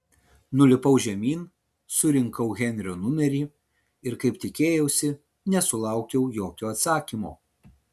nulipau žemyn surinkau henrio numerį ir kaip tikėjausi nesulaukiau jokio atsakymo